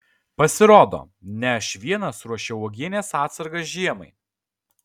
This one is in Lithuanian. pasirodo ne aš vienas ruošiau uogienės atsargas žiemai